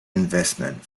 investment